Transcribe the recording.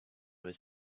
with